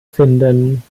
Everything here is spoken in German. finden